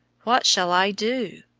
what shall i do?